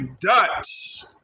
Dutch